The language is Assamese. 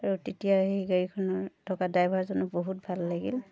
আৰু তেতিয়া সেই গাড়ীখনত থকা ড্ৰাইভাৰজনক বহুত ভাল লাগিল